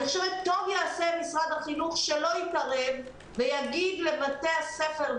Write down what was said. טוב יעשה משרד החינוך שלא יתערב ויאפשר למנהלי בתי הספר,